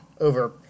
over